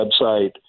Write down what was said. website